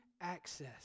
access